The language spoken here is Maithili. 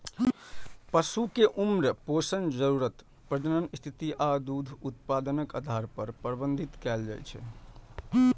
पशु कें उम्र, पोषण जरूरत, प्रजनन स्थिति आ दूध उत्पादनक आधार पर प्रबंधित कैल जाइ छै